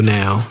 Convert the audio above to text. now